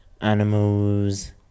animals